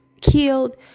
killed